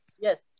Yes